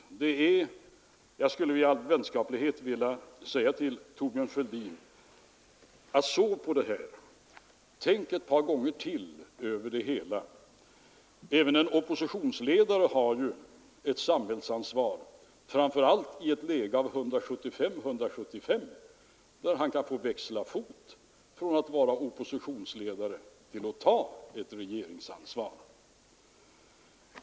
Jag skulle i all vänskaplighet vilja säga till Thorbjörn Fälldin: Sov på detta. Tänk över det hela ett par gånger till. Även en oppositionsledare har ett samhällsansvar, framför allt i läget 175—175, där han kan få växla fot från att vara oppositionsledare till att ta ett regeringsansvar.